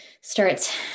starts